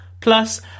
Plus